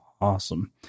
Awesome